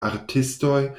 artistoj